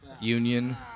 union